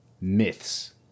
myths